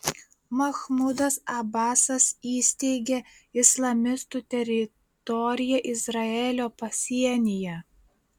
mahmudas abasas įsteigė islamistų teritoriją izraelio pasienyje